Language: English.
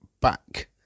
back